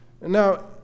Now